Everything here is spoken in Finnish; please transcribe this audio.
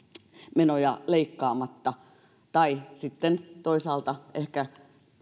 menoja leikkaamatta sitten toisaalta ehkä